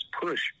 push